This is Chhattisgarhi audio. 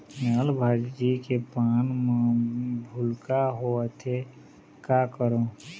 लाल भाजी के पान म भूलका होवथे, का करों?